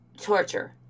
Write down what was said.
torture